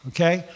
Okay